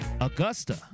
Augusta